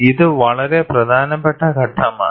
ഇത് വളരെ പ്രധാനപ്പെട്ട ഘട്ടമാണ്